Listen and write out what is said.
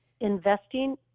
investing